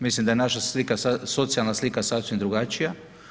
Mislim da je naša slika socijalna slika sasvim drugačija.